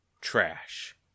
trash